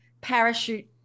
parachute